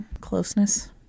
Closeness